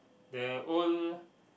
the old